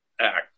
act